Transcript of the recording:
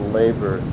labor